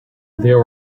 there